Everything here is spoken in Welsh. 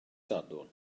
sadwrn